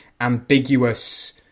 ambiguous